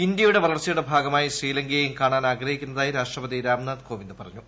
ഇന്ത്യയുടെ വളർച്ചയുടെ ഭാഗമായി ശ്രീലങ്കയെയും കാണാൻ ആഗ്രഹിക്കുന്നതായി രാഷ്ട്രപതി രാംനാഥ് കോവിന്ദ് പറഞ്ഞു